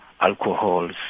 Alcohols